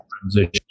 transition